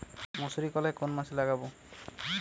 মুসুর কলাই কোন মাসে লাগাব?